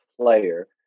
player